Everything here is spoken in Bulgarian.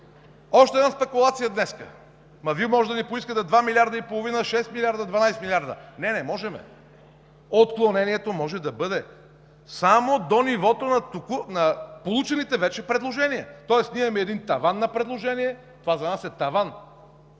Още една спекулация днес – Вие може да ни поискате 2 милиарда и половина, 6 милиард, 12 милиарда. Не, не можем! Отклонението може да бъде само до нивото на получените вече предложения, тоест ние имаме един таван на предложение, това за нас е таван.